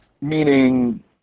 meaning